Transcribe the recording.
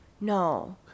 no